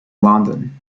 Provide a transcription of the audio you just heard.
london